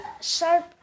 sharp